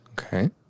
Okay